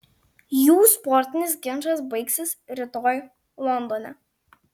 jų sportinis ginčas baigsis rytoj londone